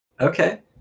okay